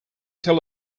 tell